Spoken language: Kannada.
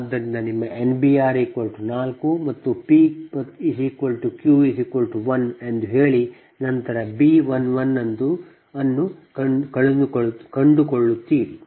ಆದ್ದರಿಂದ ಈಗ ನಿಮ್ಮ NBR 4 ಮತ್ತು p q 1 ಎಂದು ಹೇಳಿ ನಂತರ ನೀವು B 11 ಅನ್ನು ಕಂಡುಕೊಳ್ಳುತ್ತೀರಿ